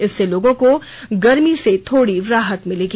इससे लोगों गर्मी से थोड़ी राहत मिलेगी